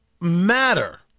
matter